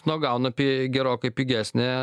nu gauna pi gerokai pigesnę